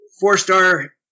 four-star